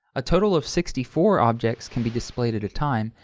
a total of sixty four objects can be displayed at a time,